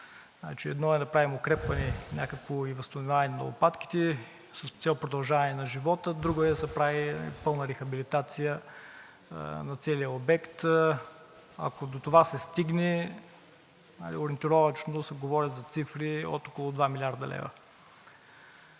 Едно е да правим някакво укрепване и възстановяване на лопатките с цел продължаване на живота, друго е да се прави пълна рехабилитация на целия обект. Ако се стигне до това, ориентировъчно се говори за цифри от около 2 млрд. лв.